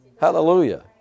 hallelujah